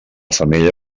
femella